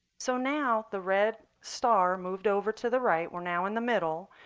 so now the red star moved over to the right. we're now in the middle.